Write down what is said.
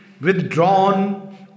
withdrawn